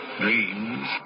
dreams